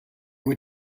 were